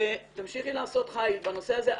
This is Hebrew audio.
ותמשיכי לעשות חייל בנושא הזה.